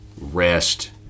rest